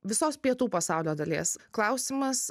visos pietų pasaulio dalies klausimas